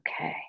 Okay